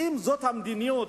אם זאת המדיניות,